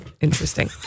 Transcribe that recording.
interesting